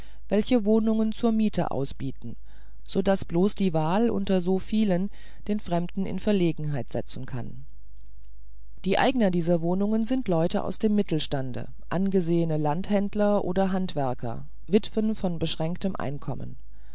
welche wohnungen zur miete ausbieten so daß bloß die wahl unter so vielen den fremden in verlegenheit setzen kann die eigner dieser wohnungen sind leute aus dem mittelstande angesehene landhändler oder handwerker witwen von beschränktem einkommen